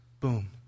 Boom